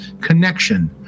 connection